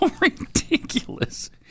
ridiculous